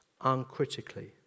uncritically